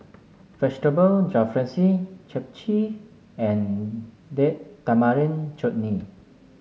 Vegetable Jalfrezi Japchae and Date Tamarind Chutney